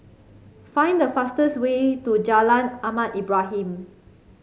find the fastest way to Jalan Ahmad Ibrahim